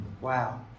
Wow